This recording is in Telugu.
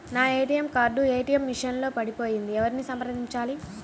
నా ఏ.టీ.ఎం కార్డు ఏ.టీ.ఎం మెషిన్ లో పడిపోయింది ఎవరిని సంప్రదించాలి?